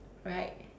right